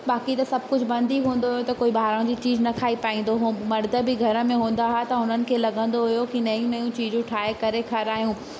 बाक़ी त सभु कुझु बंदि ई हूंदो हुओ त कोई ॿाहिरां जी चीज न खाई पाईंदो हुओ मर्द बि घर में हूंदा हुआ त हुननि खे लॻंदो हुओ की नयूं नयूं चीजूं ठाहे करे खारायूं